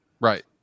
Right